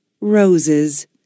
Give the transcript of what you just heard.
roses